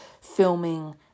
filming